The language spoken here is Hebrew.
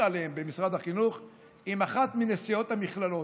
עליהם במשרד החינוך עם אחת מנשיאות המכללות,